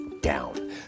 down